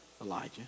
Elijah